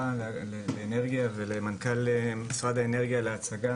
לאנרגיה ולמנכ"ל משרד האנרגיה על ההצגה